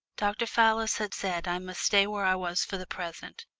dr. fallis had said i must stay where i was for the present,